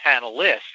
panelists